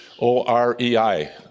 O-R-E-I